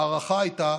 ההערכה הייתה